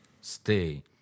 stay